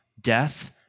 death